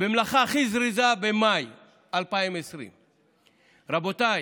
במלאכה הכי זריזה, במאי 2020. רבותיי,